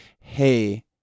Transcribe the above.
hey